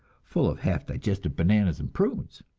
full of half digested bananas and prunes!